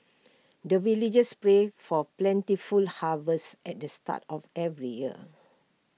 the villagers pray for plentiful harvest at the start of every year